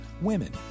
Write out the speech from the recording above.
women